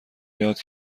یاد